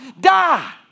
Die